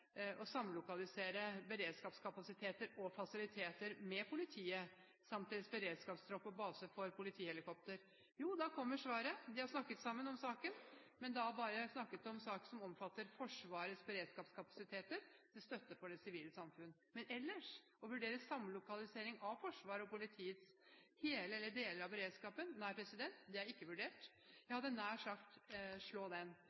og samlokalisere beredskapskapasiteter og fasiliteter med politiet samt deres beredskapstropper og base for politihelikopter, svarer forsvarsministeren at de har snakket sammen om saken, men bare om sak som omfatter Forsvarets beredskapskapasiteter til støtte for det sivile samfunn. Ellers å vurdere samlokalisering av hele eller deler av beredskapen til Forsvaret og politiet – nei, det er ikke vurdert. Jeg hadde nær sagt: Slå den!